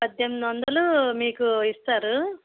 పద్దెనిమిది వందలు మీకు ఇస్తారు